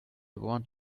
want